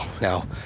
Now